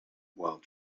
while